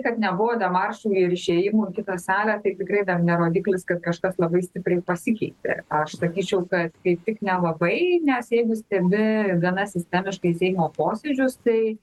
kad nebuvo demaršų ir išėjimų į kitą salę tai tikrai dar ne rodiklis kad kažkas labai stipriai pasikeitė aš sakyčiau kad kaip tik nelabai nes jeigu stebi gana sistemiškai seimo posėdžius tai